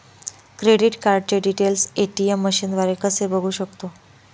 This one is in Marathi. क्रेडिट कार्डचे डिटेल्स ए.टी.एम मशीनद्वारे कसे बघू शकतो?